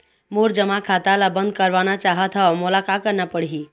मोर जमा खाता ला बंद करवाना चाहत हव मोला का करना पड़ही?